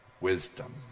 wisdom